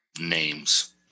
names